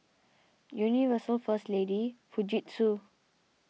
Universal First Lady Fujitsu